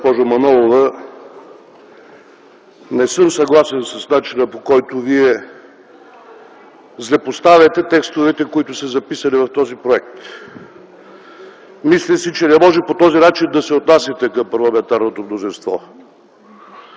госпожо Манолова, не съм съгласен с начина, по който Вие злепоставяте текстовете, които са записани в този проект. Мисля си, че не може по този начин да се отнасяте към парламентарното мнозинство.